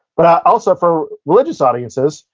but also, for religious audiences,